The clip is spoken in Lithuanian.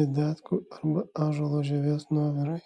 medetkų arba ąžuolo žievės nuovirai